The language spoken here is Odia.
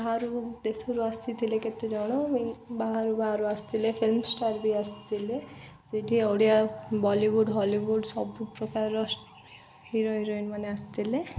ବାହାରୁ ଦେଶରୁ ଆସିଥିଲେ କେତେଜଣ ବାହାରୁ ବାହାରୁ ଆସିଥିଲେ ଫିଲ୍ମଷ୍ଟାର୍ ବି ଆସିଥିଲେ ସେଇଠି ଓଡ଼ିଆ ବଲିଉଡ଼ ହଲିଉଡ଼ ସବୁ ପ୍ରକାରର ହିରୋ ହିରୋଇନ୍ ମାନେ ଆସିଥିଲେ